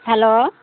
hello